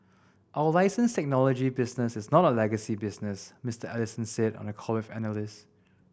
our license technology business is not a legacy business Mister Ellison said on a call with analysts